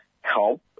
help